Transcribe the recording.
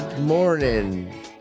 Morning